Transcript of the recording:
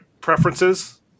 preferences